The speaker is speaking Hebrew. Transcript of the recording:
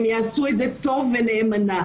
הם יעשו את זה טוב ונאמנה.